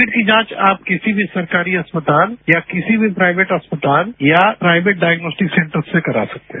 Covid की जांच आप किसी भी सरकारी अस्पताल या किसी भी प्राइवेट अस्पताल या प्राइवेट डाइग्नॉस्टिक सेंटर से करा सकते हैं